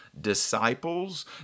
disciples